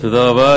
תודה רבה.